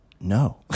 no